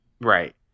Right